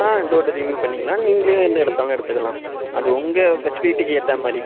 ஆ door டெலிவெரியும் பண்ணிக்கலாம் நீங்களே வந்து எடுத்தாலும் எடுத்துக்கலாம் அது உங்கள் ஃபெஸ்லிட்டிக்கு ஏற்ற மாதிரி